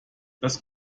das